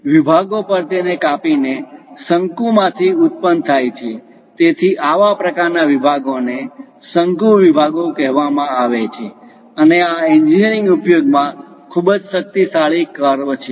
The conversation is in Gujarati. વિભાગો પર તેને કાપીને શંકુ માંથી ઉત્પન્ન થાય છે તેથી આવા પ્રકારના વિભાગોને શંકુ વિભાગો કહેવામાં આવે છે અને આ એન્જિનિયરિંગ ઊપયોગમાં ખૂબ શક્તિશાળી કર્વ છે